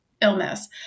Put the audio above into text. illness